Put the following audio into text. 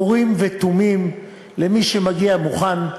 אורים ותומים למי שמגיע מוכן,